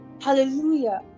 Hallelujah